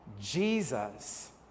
Jesus